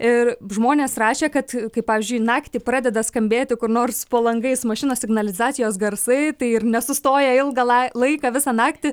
ir žmonės rašė kad kai pavyzdžiui naktį pradeda skambėti kur nors po langais mašinos signalizacijos garsai tai ir nesustoja ilgą lai laiką visą naktį